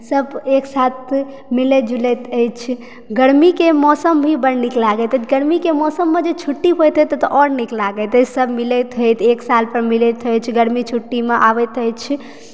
सभ एकसाथ मिलैत जुलैत अछि गर्मीके मौसम भी बड्ड नीक लागैत अछि गर्मीके मौसममे जे छुट्टी होइत हेतय तऽ आओर बहुत नीक लागैत अछि सभ मिलैत अछि एक साल पर मिलैत अछि गर्मी छुट्टीमे आबैत अछि